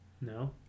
No